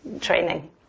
training